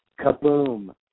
kaboom